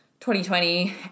2020